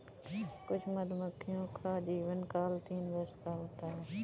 कुछ मधुमक्खियों का जीवनकाल तीन वर्ष का होता है